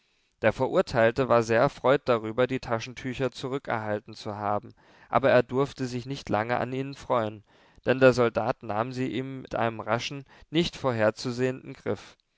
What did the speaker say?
der verurteilte war sehr erfreut darüber die taschentücher zurückerhalten zu haben aber er durfte sich nicht lange an ihnen freuen denn der soldat nahm sie ihm mit einem raschen nicht vorherzusehenden griff